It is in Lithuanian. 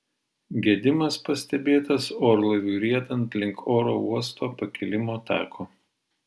gedimas pastebėtas orlaiviui riedant link oro uosto pakilimo tako